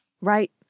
Right